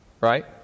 right